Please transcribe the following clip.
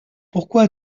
pourquoi